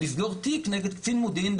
לסגור תיק נגד קצין מודיעין,